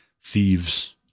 thieves